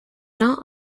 not